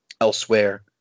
elsewhere